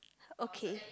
okay